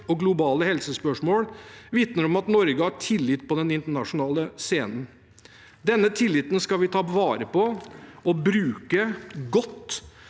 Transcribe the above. og globale helsespørsmål, vitner om at Norge har tillit på den internasjonale scenen. Denne tilliten skal vi ta vare på og